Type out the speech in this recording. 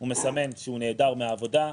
הוא מסמן שהוא נעדר מהעבודה,